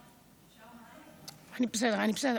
אני בסדר.